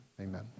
Amen